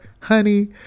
honey